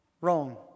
Wrong